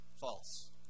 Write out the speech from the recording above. false